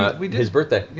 matt his birthday.